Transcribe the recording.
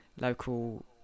local